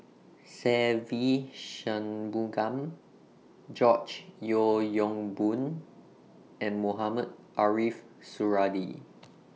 Se Ve Shanmugam George Yeo Yong Boon and Mohamed Ariff Suradi